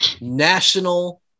National